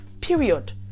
period